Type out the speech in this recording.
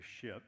ship